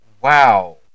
wow